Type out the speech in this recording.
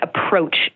approach